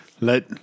Let